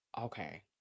Okay